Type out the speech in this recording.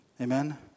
Amen